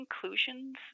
conclusions